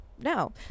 no